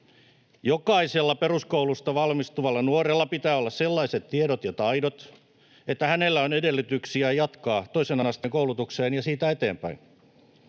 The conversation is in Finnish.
Jokaisella peruskoulusta valmistuvalla nuorella pitää olla sellaiset tiedot ja taidot, että hänellä on edellytyksiä jatkaa toisen asteen koulutukseen ja siitä eteenpäin.